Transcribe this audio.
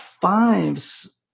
fives